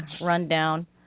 rundown